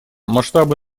масштабы